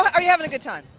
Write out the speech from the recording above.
are you having a good time?